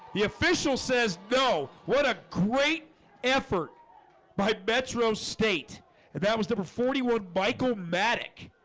the official says though what a great effort by better oh state if that was number forty one by co matic